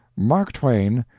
mark twain,